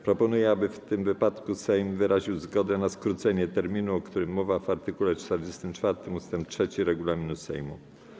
Proponuję, aby w tym przypadku Sejm wyraził zgodę na skrócenie terminu, o którym mowa w art. 44 ust. 3 regulaminu Sejmu.